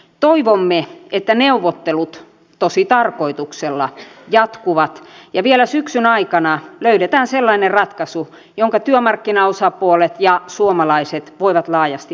toivomme että neuvottelut tositarkoituksella jatkuvat ja vielä syksyn aikana löydetään sellainen ratkaisu jonka työmarkkinaosapuolet ja suomalaiset voivat laajasti hyväksyä